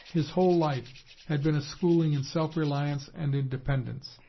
his whole life had been a schooling in self-reliance and independence,